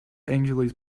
angeles